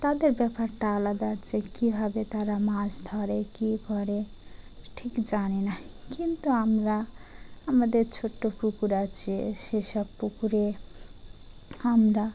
তাদের ব্যাপারটা আলাদা আছে কীভাবে তারা মাছ ধরে কী করে ঠিক জানে না কিন্তু আমরা আমাদের ছোট্টো পুকুর আছে সেসব পুকুরে আমরা